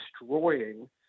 destroying